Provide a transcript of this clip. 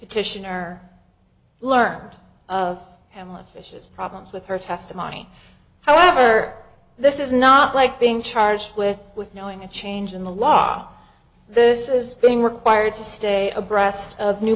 petitioner learned of him live fish has problems with her testimony however this is not like being charged with with knowing a change in the law this is being required to stay abreast of new